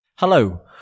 Hello